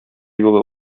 юлы